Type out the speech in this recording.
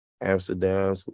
Amsterdam